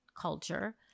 culture